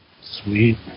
Sweet